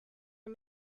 are